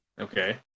Okay